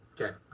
Okay